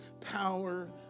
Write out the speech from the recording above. power